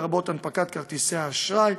לרבות הנפקת כרטיסי האשראי.